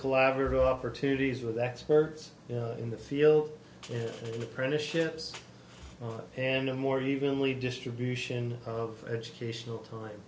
collaborative opportunities with experts in the field apprenticeships and a more evenly distribution of educational time